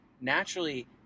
naturally